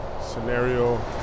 scenario